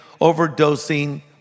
overdosing